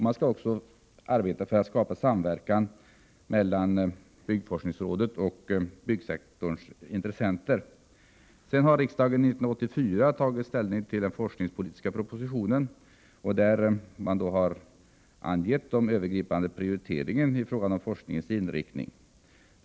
Man skall också arbeta för att skapa samverkan mellan byggforskningsrådet och byggsektorns intressenter. Riksdagen har år 1984 tagit ställning till den forskningspolitiska propositionen, där man angett de övergripande prioriteringarna i fråga om forskningens inriktning.